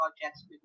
projects